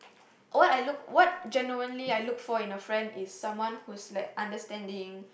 what I look what genuinely I look for in a friend is someone who's like understanding